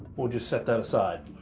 we'll just set that aside.